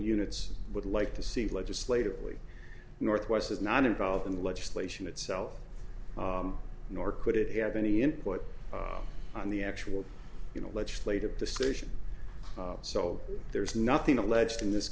units would like to see legislatively northwest is not involved in the legislation itself nor could it have any input on the actual you know legislative decision so there's nothing alleged in this